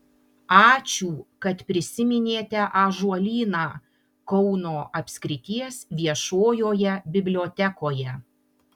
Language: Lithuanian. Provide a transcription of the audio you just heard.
ačiū kad prisiminėte ąžuolyną kauno apskrities viešojoje bibliotekoje